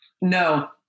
No